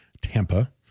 Tampa